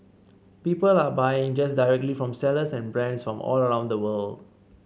people are buying just directly from sellers and brands from all around the world